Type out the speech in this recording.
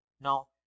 Now